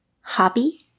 hobby